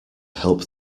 help